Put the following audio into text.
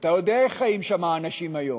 אתה יודע איך חיים שם האנשים היום.